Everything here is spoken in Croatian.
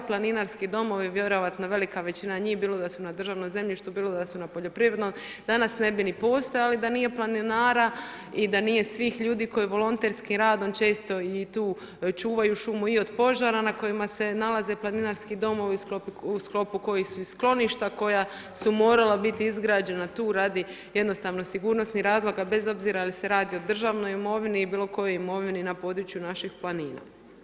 Planinarski domovi, vjerojatno, velika većina njih, bilo da su na državnom zemljištem, bilo da su na poljoprivrednom, danas ne bi ni postojalo da nije planinara i da nije svih ljudi koji volonterskim radom, često tu i čuvaju šumu i od požara na kojima se nalaze planinarski domovi u sklopu kojih su i skloništa, koja su morala biti izgrađena tu radi jednostavno sigurnosnih razloga, bez obzira jel se radi o državnoj imovini i bilo kojoj imovini na području naših planina.